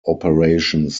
operations